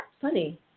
funny